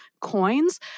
coins